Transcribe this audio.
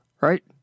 right